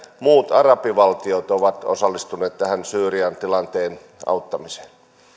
arabivaltiot ovat osallistuneet tähän syyrian tilanteen auttamiseen